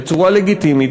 בצורה לגיטימית,